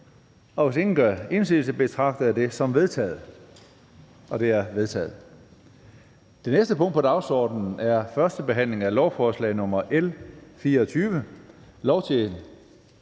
Hvis ingen gør indsigelse, betragter jeg dette som vedtaget. Det er vedtaget. --- Det næste punkt på dagsordenen er: 8) 1. behandling af lovforslag nr.